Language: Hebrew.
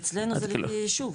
אצלנו זה לפי יישוב.